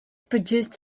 produced